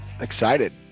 Excited